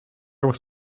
was